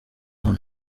hano